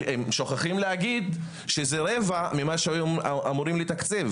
שוכחים להגיד שזה רבע ממה שהיו אמורים לתקצב,